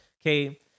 Okay